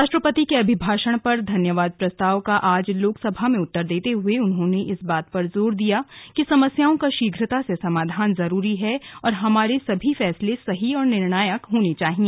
राष्ट्रपति के अभिभाषण पर धन्यवाद प्रस्ताव का आज लोकसभा में उत्तर देते हुए उन्होंने इस बात पर जोर दिया कि समस्याओं का शीघ्रता से समाधान जरूरी है और हमारे सभी फैसले सही और निर्णायक होने चाहिए